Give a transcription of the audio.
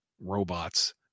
robots